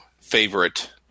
favorite